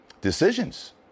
decisions